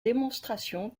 démonstration